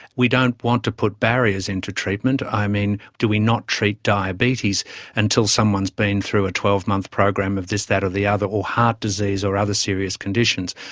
we don't want to put barriers into treatment. i mean, do we not treat diabetes until someone's been through a twelve month program of this, that or the other, or heart disease or other serious conditions?